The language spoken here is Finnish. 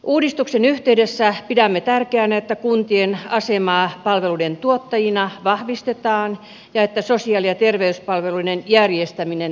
uudistuksen yhteydessä pidämme tärkeänä että kuntien asemaa palveluiden tuottajina vahvistetaan ja että sosiaali ja terveyspalveluiden järjestäminen selkeytetään